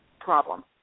problem